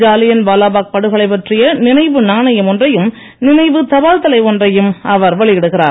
ஜாலியன் வாலாபாக் படுகொலை பற்றிய நினைவு நாணயம் ஒன்றையும் நினைவு தபால்தலை ஒன்றையும் அவர் வெளியிடுகிறார்